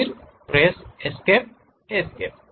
फिर press escape escape